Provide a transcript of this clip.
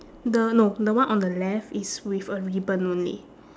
the no the one on the left is with a ribbon only